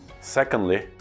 Secondly